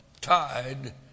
tied